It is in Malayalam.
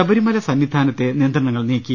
ശബരിമല സന്നിധാനത്തെ നിയന്ത്രണങ്ങൾ നീക്കി